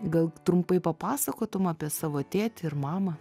gal trumpai papasakotum apie savo tėtį ir mamą